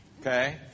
okay